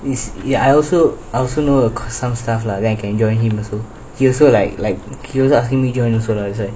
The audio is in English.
is ya I also I also know some stuff lah then can join him also he also like like he was asking me join also lah it's like